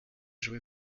jouée